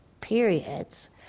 periods